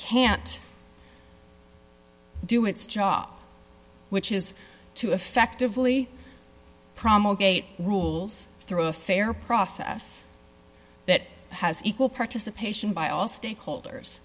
can't do its job which is to effectively promulgated rules through a fair process that has equal participation by all stakeholders